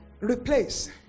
Replace